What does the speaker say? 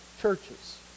churches